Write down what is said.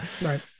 right